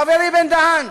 חברי בן-דהן,